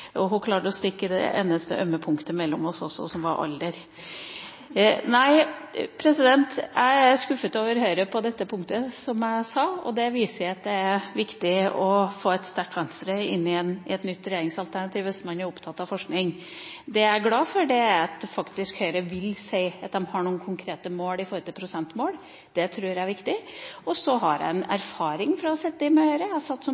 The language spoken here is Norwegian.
oppfattet. Hun klarte å stikke i det eneste ømme punktet mellom oss også, som var alder! Jeg er, som jeg sa, skuffet over Høyre på dette punktet, og det viser at det er viktig å få et sterkt Venstre inn i et nytt regjeringsalternativ hvis man er opptatt av forskning. Det jeg er glad for, er at Høyre faktisk vil si at de har noen konkrete prosentmål. Det tror jeg er viktig. Så har jeg